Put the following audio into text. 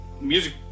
Music